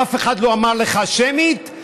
אף אחד לא אמר לך: שמית,